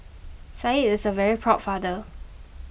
said is a very proud father